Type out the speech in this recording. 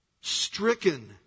stricken